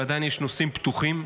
ועדיין יש נושאים פתוחים.